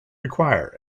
require